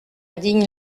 digne